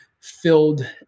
filled